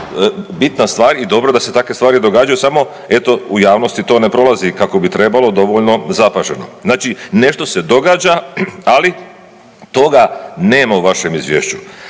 bitna stvar i dobro da se takve stvari događaju, samo eto u javnosti to ne prolazi kako bi trebalo dovoljno zapaženo. Znači, nešto se događa, ali toga nema u vašem Izvješću.